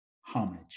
homage